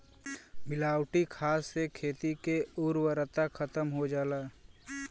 मिलावटी खाद से खेती के उर्वरता खतम हो जाला